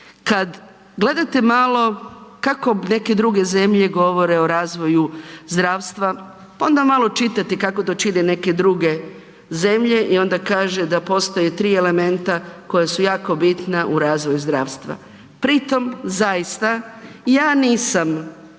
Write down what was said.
Kad gledate malo kako neke druge zemlje govore o razvoju zdravstva pa onda malo čitate kako to čine neke druge zemlje i onda kaže da postoje tri elementa koja su jako bitna u razvoju zdravstva. Pri tome zaista ja nisam